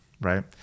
right